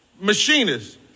machinists